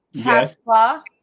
Tesla